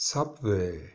Subway